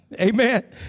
Amen